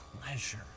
pleasure